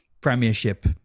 premiership